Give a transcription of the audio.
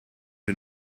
wir